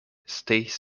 stays